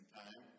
time